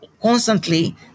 constantly